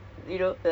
like